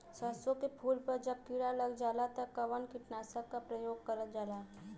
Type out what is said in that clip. सरसो के फूल पर जब किड़ा लग जाला त कवन कीटनाशक क प्रयोग करल जाला?